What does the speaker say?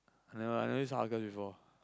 I never I never use Argus before